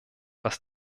was